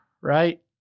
right